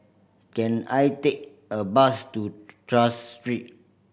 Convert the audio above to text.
can I take a bus to Tras Street